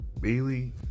Bailey